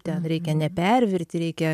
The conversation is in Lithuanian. ten reikia nepervirt reikia